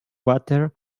batter